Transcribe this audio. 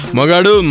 Magadu